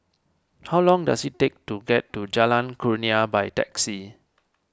how long does it take to get to Jalan Kurnia by taxi